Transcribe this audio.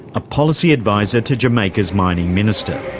a policy advisor to jamaica's mining minister.